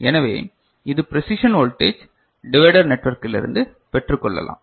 எனவே இது precision voltage divider நெட்வொர்க்கிலிருந்து பெற்றுக்கொள்ளலாம்